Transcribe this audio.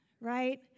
right